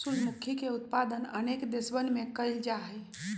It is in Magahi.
सूर्यमुखी के उत्पादन अनेक देशवन में कइल जाहई